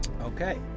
Okay